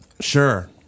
sure